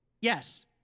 Yes